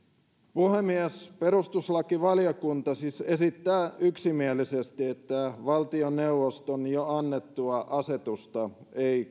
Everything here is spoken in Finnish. puhemies perustuslakivaliokunta siis esittää yksimielisesti että valtioneuvoston jo annettua asetusta ei